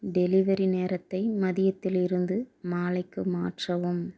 delivery நேரத்தை மதியத்திலிருந்து மாலைக்கு மாற்றவும்